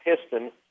piston